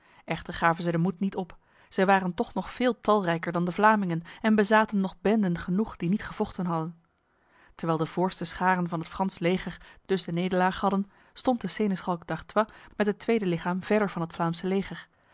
echter gaven zij de moed niet op zij waren toch nog veel talrijker dan de vlamingen en bezaten nog benden genoeg die niet gevochten hadden terwijl de voorste scharen van het frans leger dus de nederlaag hadden stond de seneschalk d'artois met het tweede lichaam verder van het vlaamse leger